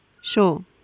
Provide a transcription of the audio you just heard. Sure